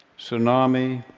tsunami